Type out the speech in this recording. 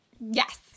yes